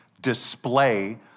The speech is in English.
display